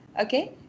Okay